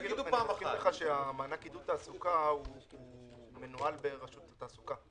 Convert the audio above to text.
תגידו פעם אחת --- מענק עידוד התעסוקה מנוהל ברשות התעסוקה.